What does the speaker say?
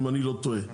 אם אני לא טועה.